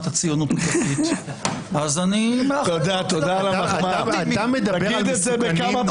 הציונות הדתית- -- אתה מדבר על מסוכנים?